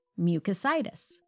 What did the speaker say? mucositis